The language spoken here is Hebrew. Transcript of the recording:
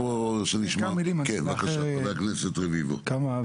חבר הכנסת רביבו, בבקשה.